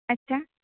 ᱟᱪᱪᱷᱟ